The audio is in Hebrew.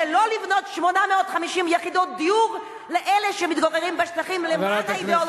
ולא לבנות 850 יחידות דיור לאלה שמתגוררים בשטחים למען האידיאולוגיה.